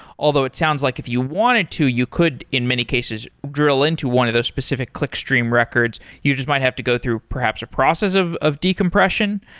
although it sounds like if you wanted to, you could in many cases drill into one of those specific clickstream records. you just might have to go through perhaps a process of of decompression?